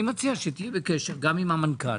אני מציע שתהיו בקשר גם עם המנכ"ל